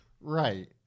Right